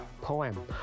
poem